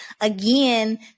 Again